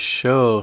show